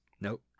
nope